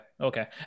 Okay